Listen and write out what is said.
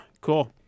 cool